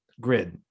grid